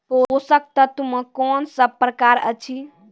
पोसक तत्व मे कून सब प्रकार अछि?